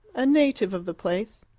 a native of the place.